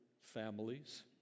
families